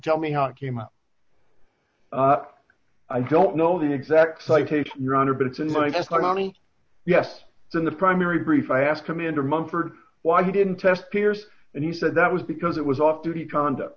tell me how it came i don't know the exact citation your honor but it's in my funny yes it's in the primary brief i asked commander munford why he didn't test pierce and he said that was because it was off duty conduct